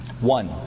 One